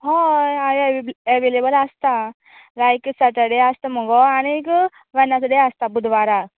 होय हांव एव्हेलेबल आसता आयचे सेटरडे आसता मुगो आनीक वेनेसडे आसता बुधवाराक